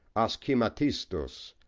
askhematistos,